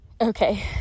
Okay